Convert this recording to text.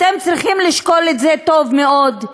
אתם צריכים לשקול את זה טוב מאוד,